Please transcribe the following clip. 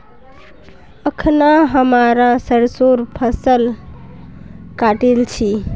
अखना हमरा सरसोंर फसल काटील छि